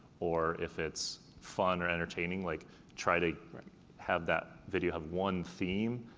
or if it's fun or entertaining, like try to have that video have one theme.